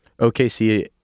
OKC